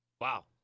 Wow